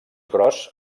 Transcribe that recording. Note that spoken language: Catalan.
gros